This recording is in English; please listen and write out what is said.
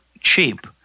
cheap